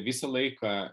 visą laiką